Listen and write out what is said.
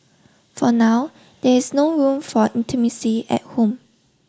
for now there is no room for intimacy at home